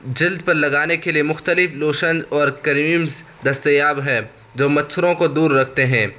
جلد پر لگانے کے لیے مختلف لوشن اور کریمز دستیاب ہیں جو مچھروں کو دور رکھتے ہیں